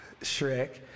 Shrek